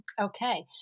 Okay